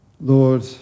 lord